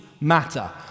matter